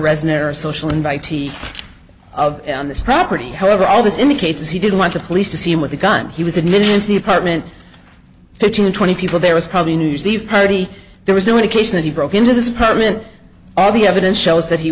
resume or social invitee of this property however all this indicates is he didn't want to police to see him with a gun he was admitted into the apartment fifteen or twenty people there was probably new year's eve party there was no indication that he broke into this apartment all the evidence shows that he